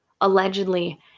Allegedly